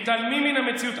מתעלמים מן המציאות,